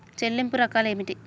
చెల్లింపు రకాలు ఏమిటి?